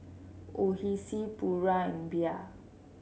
Oishi Pura and Bia